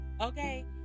Okay